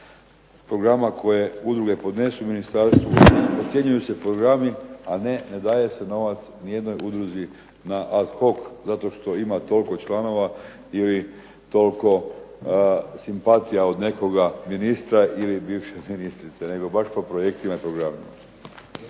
programa koje udruge podnesu ministarstvu. Ocjenjuju se programi, a ne daje se novac nijednoj udruzi na ad hoc zato što ima toliko članova ili toliko simpatija od nekoga ministra ili bivše ministrice, nego baš po projektima i programima.